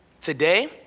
today